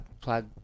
plug